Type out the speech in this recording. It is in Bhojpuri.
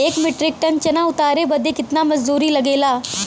एक मीट्रिक टन चना उतारे बदे कितना मजदूरी लगे ला?